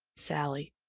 sallie.